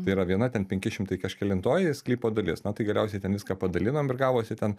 tai yra viena ten penki šimtai kažkelintoji sklypo dalis na tai galiausiai ten viską padalinom ir gavosi ten